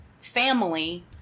family